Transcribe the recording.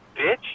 Bitch